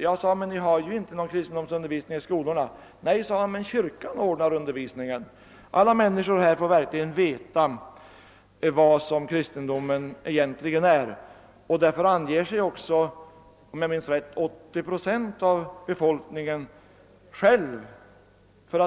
Jag sade: Men ni har ju inte någon kristendomsundervisning i skolorna! — Nej, svarade han, men kyrkan ordnar undervisningen. Alla människor här får verkligen veta vad kristendomen egentligen är. — Därför uppger sig också, om jag minns rätt, 80 procent av befolkningen